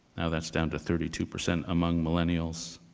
now that's down to thirty two percent among millennials.